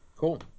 Cool